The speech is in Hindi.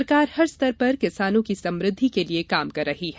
सरकार हर स्तर पर किसानों की समृद्धि के लिये काम कर रही है